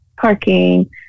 parking